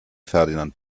ferdinand